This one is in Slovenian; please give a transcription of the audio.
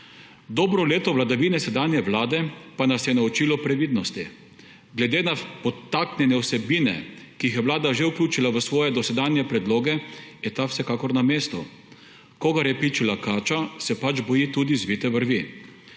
Dobro leto vladavine sedanje vlade pa nas je naučilo previdnosti. Glede na podtaknjene vsebine, ki jih je Vlada že vključila v svoje dosedanje predloge, je ta vsekakor na mestu; kogar je pičila kača, se pač boji tudi zvite vrvi.